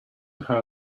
her